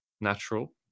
natural